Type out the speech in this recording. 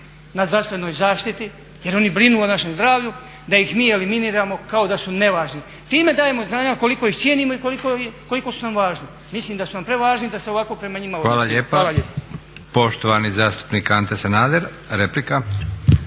na zdravstvenoj zaštiti jer oni brinu o našem zdravlju da ih mi eliminiramo kao da su nevažni. Time dajemo do znanja koliko ih cijenimo i koliko su nam važni. Mislim da su nam prevažni da se ovako prema njima odnosimo. Hvala lijepa. **Leko, Josip (SDP)** Hvala lijepa.